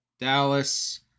Dallas